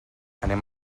anem